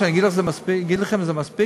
שאני אגיד לכם שזה מספיק?